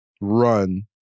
run